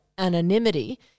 anonymity